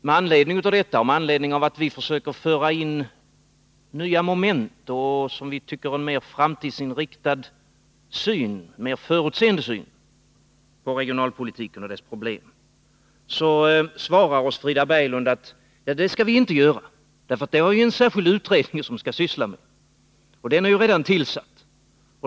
Med anledning av detta och av att vi försöker föra in nya moment och en mer förutseende syn på regionalpolitiken och dess problem, svarar oss Frida Berglund: Det skall vi inte göra, man har redan tillsatt en särskild utredning som skall syssla med det här.